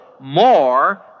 more